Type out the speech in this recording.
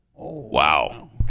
Wow